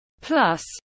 Plus